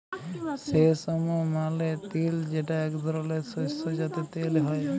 সেসম মালে তিল যেটা এক ধরলের শস্য যাতে তেল হ্যয়ে